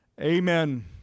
Amen